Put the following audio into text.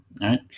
right